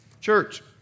Church